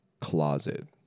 closet